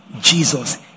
Jesus